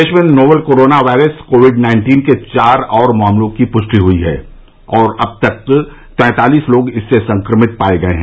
देश में novel corona virus Covid nineteen के चार और मामलों की पुष्टि हुई है और अब तक तैंतालीस लोग इससे संक्रमित पाए गये हैं